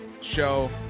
show